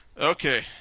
Okay